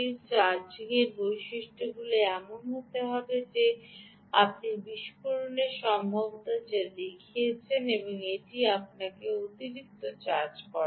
চার্জিংয়ের বৈশিষ্ট্যগুলি এমন হতে হবে যে আপনি বিস্ফোরণের সম্ভাবনা রয়েছে এবং তাই এটিকে আপনি অতিরিক্ত চার্জ করেন না